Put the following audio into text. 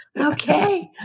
Okay